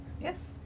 Yes